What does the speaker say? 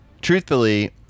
truthfully